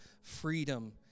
freedom